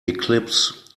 eclipse